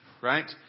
right